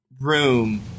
room